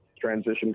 Transition